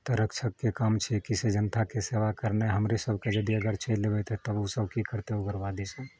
तऽ रक्षकके काम छै कि से जनताके सेवा करनाइ हमरे सबके यदि अगर चलि एबै तऽ तब ओसब की करतै उग्रबादी सब